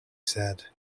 said